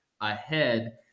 ahead